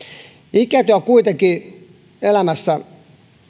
ikä tuo kuitenkin elämässä